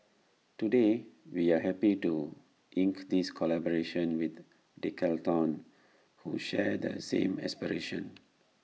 today we are happy to ink this collaboration with Decathlon who share the same aspiration